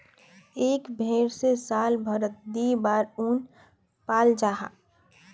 एक भेर से साल भारोत दी बार उन पाल जाहा